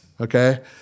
Okay